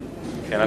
שלי,